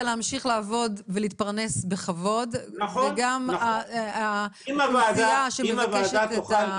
להמשיך לעבוד ולהתפרנס בכבוד וגם התביעה שמבקשת את השירות.